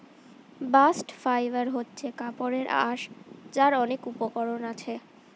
bast fibre হচ্ছে কাপড়ের আঁশ যার অনেক উপকরণ আছে